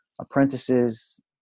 apprentices